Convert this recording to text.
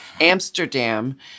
Amsterdam